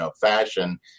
fashion